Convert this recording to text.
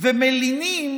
ומלינים